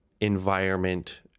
environment